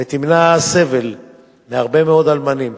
ותמנע סבל מהרבה מאוד אלמנים.